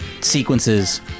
sequences